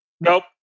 Nope